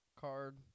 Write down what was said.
card